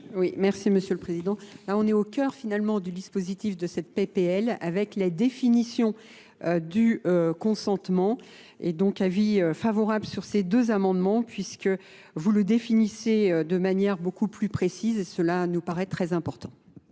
merci, M. le Président. Là, on est au cœur, finalement, du dispositif de cette PPL avec la définition du consentement et donc avis favorables sur ces deux amendements puisque vous le définissez de manière beaucoup plus précise et cela nous paraît très important.